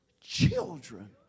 children